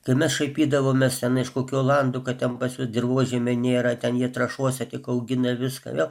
kai mes šaipydavomės iš kokių olandų kad ten pas dirvožemio nėra ten jie trąšose tik augina viską vėl